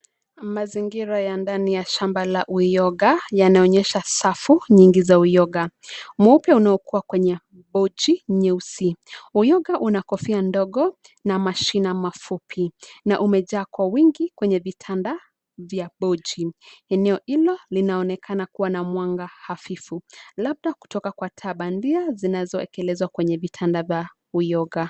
Mazingira ya ndani ya shamba la uyoga, yanaonyesha safu nyingi za uyoga mweupe unaokuwa kwenye bochi nyeusi. Uyoga una kofia ndogo, na mashina mafupi, na umejaa kwa wingi kwenye vitanda vya bochi. Eneo hilo linaonekana kuwa na mwanga hafifu, labda kutoka kwa taa bandia zinazoekelezwa kwenye vitanda vya uyoga.